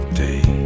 day